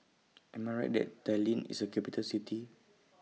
Am I Right that Tallinn IS A Capital City